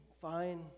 Fine